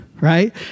Right